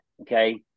okay